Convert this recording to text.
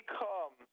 come